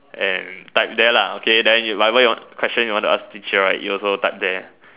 and type there lah okay then you whatever you want question you want to ask teacher right you also type there